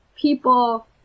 people